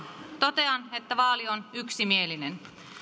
totean että vaali on yksimielinen ja että